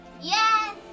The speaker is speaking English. Yes